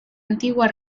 antigua